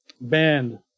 band